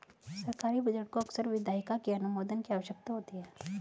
सरकारी बजट को अक्सर विधायिका के अनुमोदन की आवश्यकता होती है